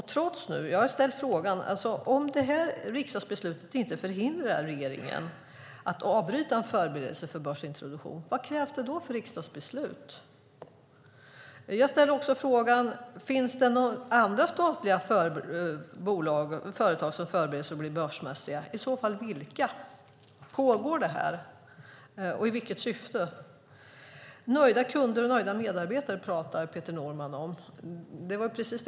Jag har ställt frågan: Om det här riksdagsbeslutet inte förhindrar regeringen att avbryta en förberedelse för börsintroduktion, vad krävs det då för riksdagsbeslut? Jag ställde också frågan: Finns det några andra statliga företag som förbereds för att bli börsmässiga och i så fall vilka? Pågår det och i vilket syfte i så fall? Nöjda kunder och nöjda medarbetare pratar Peter Norman om.